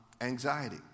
anxiety